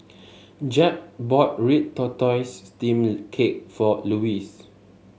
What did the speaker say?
Jeb bought Red Tortoise Steamed Cake for Lewis